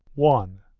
one